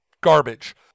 garbage